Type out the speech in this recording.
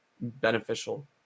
beneficial